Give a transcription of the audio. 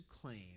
claim